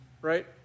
Right